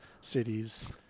cities